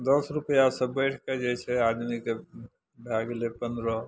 दस रुपैआ सँ बैढ़ि कऽ जे छै आदमीके भए गेलै पन्द्रह